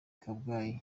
kabgayi